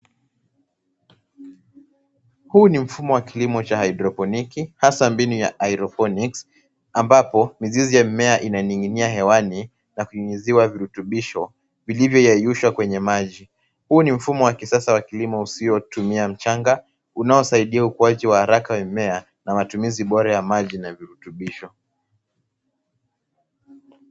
Huu ni mfumo wa kilimo cha haidroponiki hasa mbinu ya aeroponics ambapo mizizi ya mimea inaning'inia hewani na kunyunyiziwa virutubisho vilivyoyeyushwa kwenye maji. Huu ni mfumo wa kisasa wa kilimo usiotumia mchanga, unaosiadia ukuaji wa haraka wa mimea na matumizi bora ya maji na ya virutubisho.